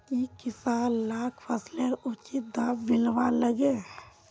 की किसान लाक फसलेर उचित दाम मिलबे लगे?